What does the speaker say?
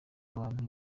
bantu